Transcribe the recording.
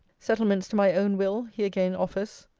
settlements to my own will he again offers.